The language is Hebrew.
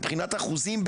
מבחינת אחוזים,